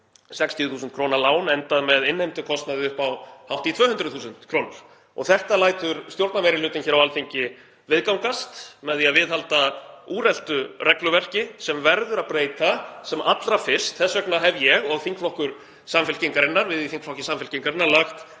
60.000 kr. lán endað með innheimtukostnaði upp á hátt í 200.000 kr. Þetta lætur stjórnarmeirihlutinn hér á Alþingi viðgangast með því að viðhalda úreltu regluverki sem verður að breyta sem allra fyrst. Þess vegna hef ég og við í þingflokki Samfylkingarinnar lagt